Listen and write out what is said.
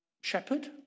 shepherd